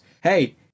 hey